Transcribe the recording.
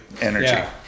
Energy